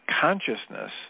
consciousness